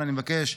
אני מבקש,